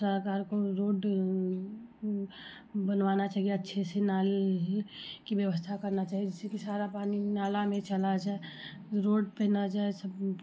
सरकार को रोड बनवाना चाहिए अच्छे से नल की व्यवस्था करना चाहिए जिससे कि सारा पानी नाला में चला जाए रोड पे न जाए सब